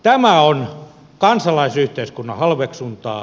tämä on kansalaisyhteiskunnan halveksuntaa